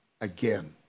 again